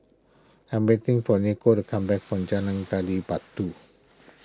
I am waiting for Niko to come back from Jalan Gali Batu